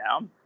now